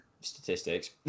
statistics